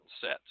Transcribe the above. sets